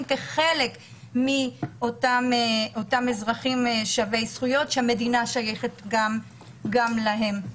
כחלק מאותם אזרחים שווי-זכויות שהמדינה שייכת גם להם.